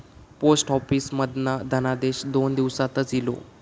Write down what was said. post office मधना धनादेश दोन दिवसातच इलो